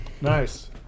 Nice